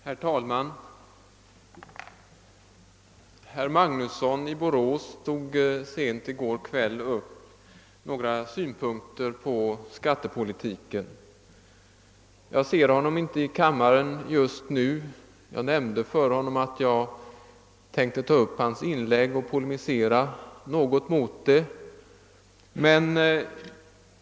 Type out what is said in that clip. Herr talman! Herr Magnusson i Borås anförde sent i går kväll några synpunkter på skattepolitiken. Jag ser honom inte i kammaren just nu, men jag nämnde för honom att jag tänkte ta upp hans inlägg och polemisera mot det.